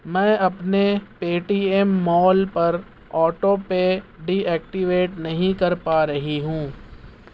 میں اپنے Paytm mall پر آٹو پے ڈی ایکٹیویٹ نہیں کر پا رہی ہوں